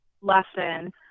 lesson